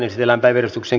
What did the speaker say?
asia